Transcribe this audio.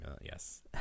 yes